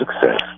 success